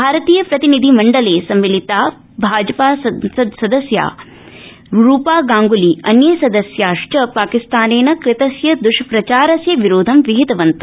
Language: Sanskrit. भारतीयप्रतिनिधिमण्डले सम्मिलिता भाजपा संसद सदस्या रूपागांग्ली अन्ये सदस्याश्च पाकिस्तानेन कृतस्य द्वष्प्रचारस्य विरोधं विहितवन्त